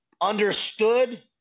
understood